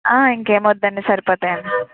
ఇంకేం వద్దండీ సరిపోతాయి